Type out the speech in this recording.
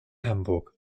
hamburg